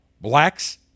blacks